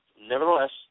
Nevertheless